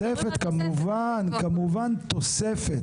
תוספת, כמובן, כמובן, תוספת.